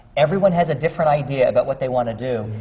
everyone has a different idea about what they want to do,